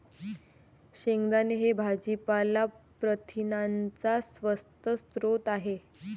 शेंगदाणे हे भाजीपाला प्रथिनांचा स्वस्त स्रोत आहे